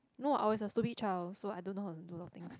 no I was a stupid child so I don't know how to do a lot of things